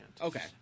Okay